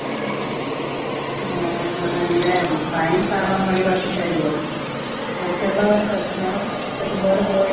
ആ സാർ എൻ്റെ fine sir ഒന്ന് ഒഴിവാക്കി തരുവോ മറ്റുള്ളവർക്ക് അത് സാർ ഇതുപോലെ പോയി